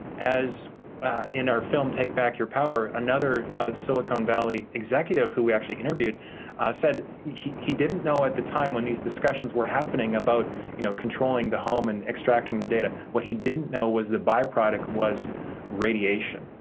as in our film take back your power, another silicon valley executive who we actually interviewed said he he didn't know at the time, when these discussions were happening, about you know controlling the home and extracting the data. what he didn't know was the byproduct was radiation.